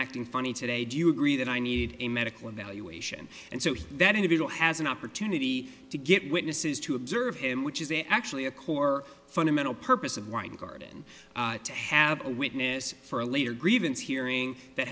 acting funny today do you agree that i need a medical evaluation and so that individual has an opportunity to get witnesses to observe him which is actually a core fundamental purpose of weingarten to have a witness for a later grievance hearing that